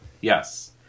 Yes